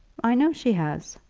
i know she has.